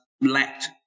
lacked